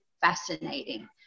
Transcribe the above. fascinating